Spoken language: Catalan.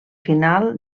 final